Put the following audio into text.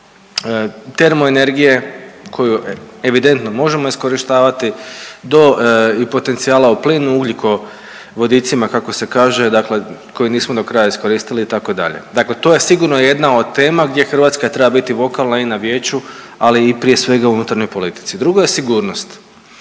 termoenergije koju evidentno možemo iskorištavati do potencijala o plinu, ugljikovodicima kako se kaže dakle koji nismo dokraja iskoristili itd. Dakle, to je sigurno jedna od tema gdje Hrvatska treba biti vokalna i na vijeću, ali i prije svega u unutarnjoj politici. Drugo je sigurnost,